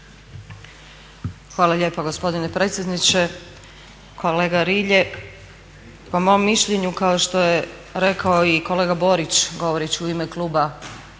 Hvala lijepa gospodine predsjedniče. Kolega Rilje, po mom mišljenju kao što je rekao i kolega Borić govoreći u ime kluba